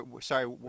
Sorry